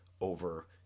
over